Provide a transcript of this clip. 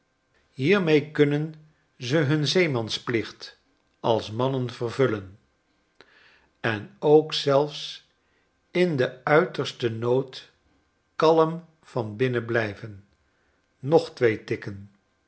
hiermee kunnen ze hun zeemansplicht als m annen ver vullen en ook zelfs in den uitersten noodkalm vanbinnenblijven nog twee tikken